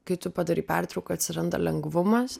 kai tu padarai pertrauką atsiranda lengvumas